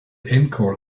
encore